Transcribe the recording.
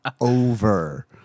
over